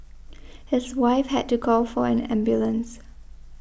his wife had to call for an ambulance